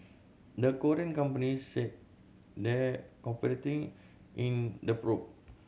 the Korean companies said they in the probe